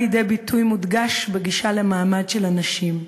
לידי ביטוי מודגש בגישה למעמד של הנשים.